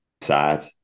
sad